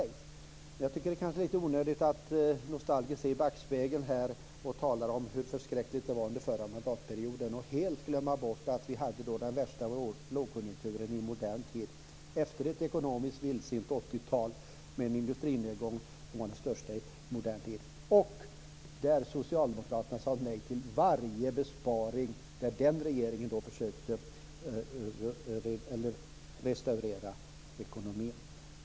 Men jag tycker kanske att det är litet onödigt att nostalgiskt se i backspegeln och tala om hur förskräckligt det var under förra mandatperioden. Man får inte helt glömma bort att vi då hade den värsta lågkonjunkturen i modern tid efter ett ekonomiskt vildsint 80-tal. Industrinedgången var den största i modern tid. Socialdemokraterna sade nej till varje besparing när den regeringen försökte restaurera ekonomin.